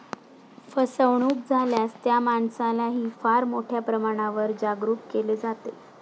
फसवणूक झाल्यास त्या माणसालाही फार मोठ्या प्रमाणावर जागरूक केले जाते